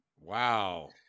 Wow